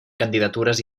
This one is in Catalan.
candidatures